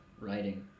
writing